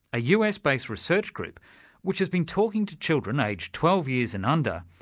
a us-based research group which has been talking to children aged twelve years and under,